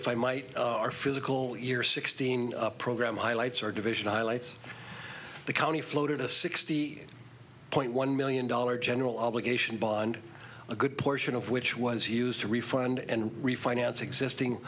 if i might our physical year sixteen program highlights or division highlights the county floated a sixty eight point one million dollar general obligation bond a good portion of which was used to refund and refinance existing